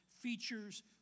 features